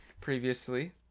previously